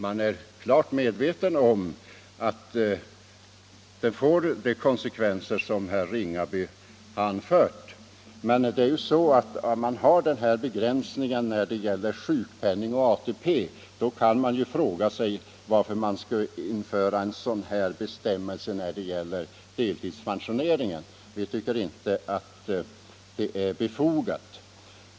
Man har varit klart medveten om att den får de konsekvenser som herr Ringaby har anfört. Men om man har den här begränsningen när det gäller sjukpenning och ATP kan man fråga sig varför man skulle införa en annan bestämmelse när det gäller deltidspensionering. Vi tycker inte att det är befogat.